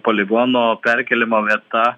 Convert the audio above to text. poligono perkėlimo vieta